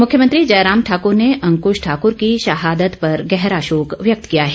मुख्यमंत्री जयराम ठाकूर ने अंकृश ठाकूर की शहादत पर गहरा शोक व्यक्त किया है